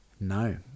No